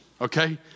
okay